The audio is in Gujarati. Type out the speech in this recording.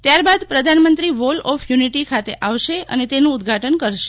ત્યારબાદ પ્રધાનમંત્રી વોલ ઓફ યુનિટી ખાતે આવશે અને તેનુ ઉદઘાટન કરશે